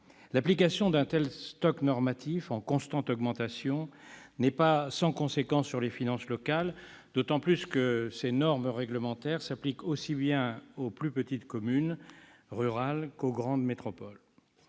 L'application d'un tel stock normatif, en constante augmentation, n'est pas sans conséquence sur les finances locales, d'autant plus que ces normes réglementaires s'appliquent aussi bien aux plus petites communes rurales qu'aux grandes métropoles.